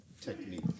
technique